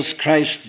Christ